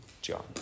John